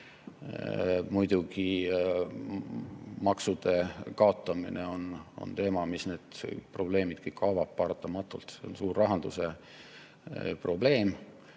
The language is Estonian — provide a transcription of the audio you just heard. muidugi maksude kaotamine on teema, mis need probleemid kõik paratamatult avab, see on suur rahanduse probleem.